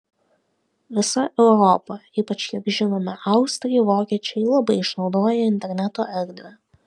visa europa ypač kiek žinome austrai vokiečiai labai išnaudoja interneto erdvę